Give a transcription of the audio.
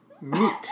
meat